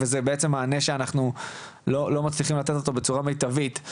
וזה בעצם מענה שאנחנו לא מצליחים לתת אותו בצורה מיטבית.